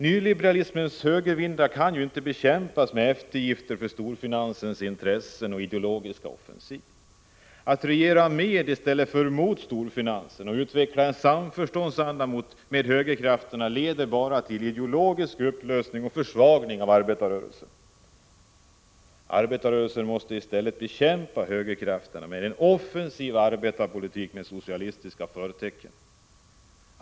Nyliberalismens högervinder kan inte bekämpas med eftergifter för storfinansens intressen och ideologiska offensiv. Att regera med i stället för mot storfinansen och utveckla en samförståndsanda med högerkrafterna leder bara till ideologisk upplösning och försvagning av arbetarrörelsen. Arbetarrörelsen måste i stället bekämpa högerkrafterna med en offensiv arbetarpolitik med socialistiska förtecken.